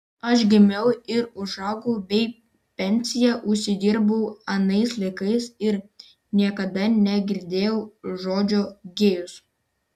aš gimiau ir užaugau bei pensiją užsidirbau anais laikais ir niekada negirdėjau žodžio gėjus